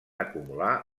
acumular